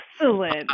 Excellent